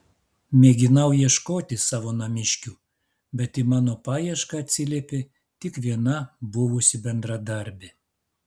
mėginau ieškoti savo namiškių bet į mano paiešką atsiliepė tik viena buvusi bendradarbė